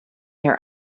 their